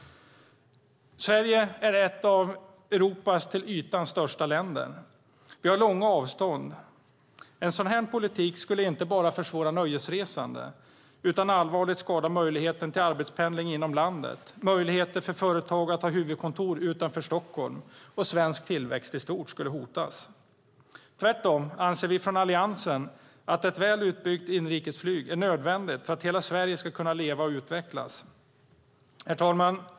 Sverige är ett av Europas till ytan största länder. Vi har långa avstånd. En sådan här politik skulle inte bara försvåra nöjesresande utan allvarligt skada möjligheten till arbetspendling inom landet, möjligheter för företag att ha huvudkontor utanför Stockholm och svensk tillväxt i stort. Allt detta skulle hotas. Vi från Alliansen anser tvärtom att ett väl utbyggt inrikesflyg är nödvändigt för att hela Sverige ska kunna leva och utvecklas. Herr talman!